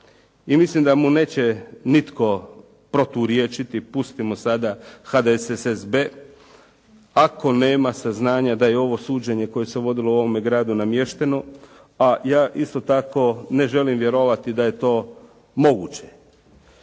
i mislim da mu neće nitko proturječiti, pustimo sada HDSSB, ako nema saznanja da je ovo suđenje koje se vodilo u ovome gradu namješteno, a ja isto tako ne želim vjerovati da je to moguće.